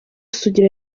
sugira